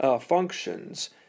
Functions